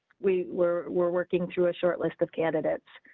we were, we're working through a shortlist of candidates.